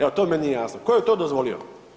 Evo to meni nije jasno, tko je to dozvolio?